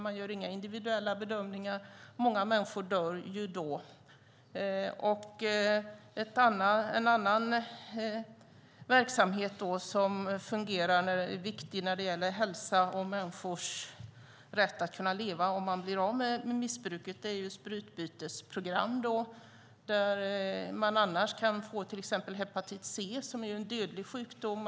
Man gör inga individuella bedömningar, och många människor dör ju då. En annan verksamhet som fungerar och är viktig när det gäller hälsa och människors rätt att kunna leva om man blir av med missbruket är sprututbytesprogram. Man kan annars få hepatit C, som är en dödlig sjukdom.